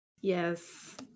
Yes